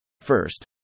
First